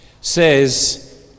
says